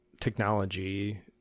Technology